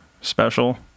special